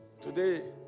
today